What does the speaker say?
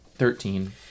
Thirteen